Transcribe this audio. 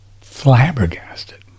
flabbergasted